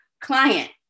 client